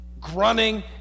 grunting